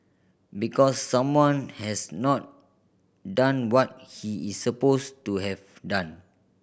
because someone has not done what he is supposed to have done